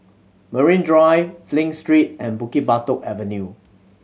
Marine Drive Flint Street and Bukit Batok Avenue